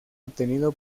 obtenido